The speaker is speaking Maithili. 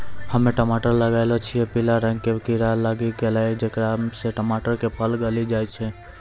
हम्मे टमाटर लगैलो छियै पीला रंग के कीड़ा लागी गैलै जेकरा से टमाटर के फल गली जाय छै?